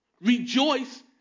Rejoice